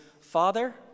father